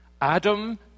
Adam